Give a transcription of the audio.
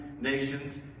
nations